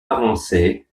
avancées